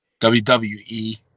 WWE